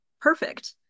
perfect